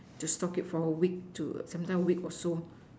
to stock it for a week sometime week or so